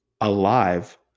alive